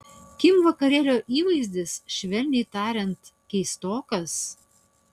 kim vakarėlio įvaizdis švelniai tariant keistokas